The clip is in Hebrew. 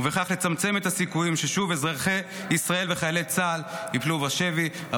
ובכך לצמצם את הסיכויים ששוב אזרחי ישראל וחיילי צה"ל ייפלו בשבי.